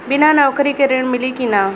बिना नौकरी के ऋण मिली कि ना?